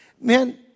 man